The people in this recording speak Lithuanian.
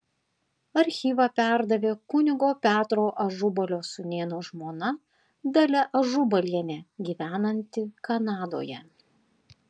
archyvą perdavė kunigo petro ažubalio sūnėno žmona dalia ažubalienė gyvenanti kanadoje